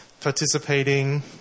participating